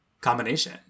combination